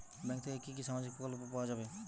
Bank থেকে কি কি সামাজিক প্রকল্প পাওয়া যাবে?